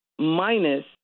minus